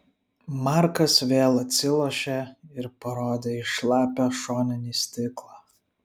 markas vėl atsilošė ir parodė į šlapią šoninį stiklą